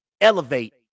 elevate